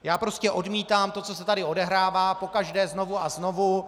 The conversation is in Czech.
Já prostě odmítám to, co se tady odehrává, pokaždé znovu a znovu.